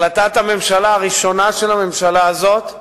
החלטת הממשלה הראשונה של הממשלה הזאת,